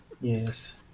yes